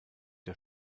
der